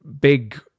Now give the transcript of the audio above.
big